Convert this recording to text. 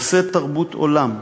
נושא תרבות עולם.